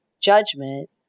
judgment